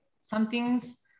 something's